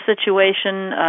situation